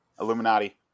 Illuminati